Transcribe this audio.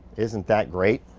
isn't that great?